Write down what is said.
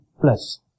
plus